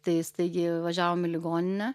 tai staigiai važiavom į ligoninę